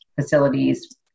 facilities